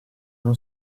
non